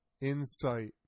insight